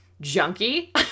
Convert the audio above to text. junkie